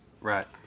Right